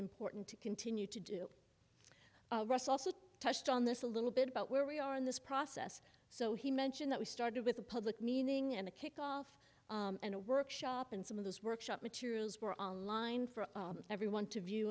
important to continue to do ross also touched on this a little bit about where we are in this process so he mentioned that we started with a public meaning and a kickoff and a workshop and some of those workshop materials were online for everyone to view